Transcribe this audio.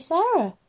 Sarah